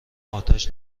آتش